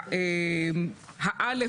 ה-(א)